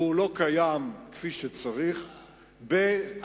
והוא לא קיים כפי שצריך להיות,